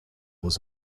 was